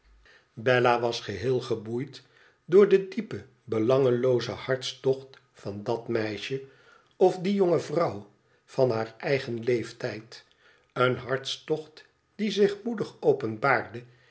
bella was geheel geboeid door den diepen belangeloozen hartstocht van dat meisje of die jonge vrouw van haar eigen leeftijd een hartstocht die zich moedig openbaarde